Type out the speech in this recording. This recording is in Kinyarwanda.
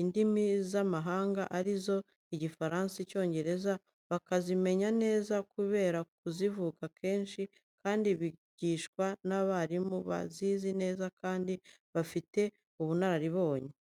indimi z' amahanga arizo igifaransa n' icyongereza, bakazimenya neza kubera kuzivuga kenshi, kandi bigishwa n'abarimu bazizi neza kandi bafite ubunararibonye.